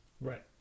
Right